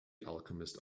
alchemist